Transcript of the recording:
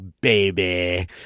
baby